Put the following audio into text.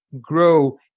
grow